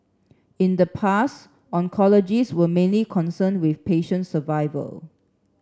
in the past oncologists were mainly concerned with patient survival